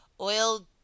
Oil